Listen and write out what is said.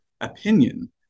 opinion